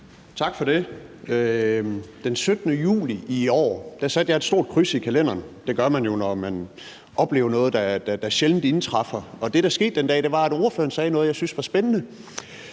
Tak for det. Den 17. juli i år satte jeg et stort kryds i kalenderen. Det gør man jo, når man oplever noget, der sjældent indtræffer. Og det, der skete den dag, var, at ordføreren sagde noget, jeg synes var spændende.